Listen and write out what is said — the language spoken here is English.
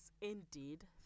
indeed